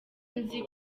nzi